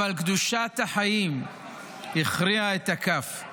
אבל קדושת החיים הכריעה את הכף.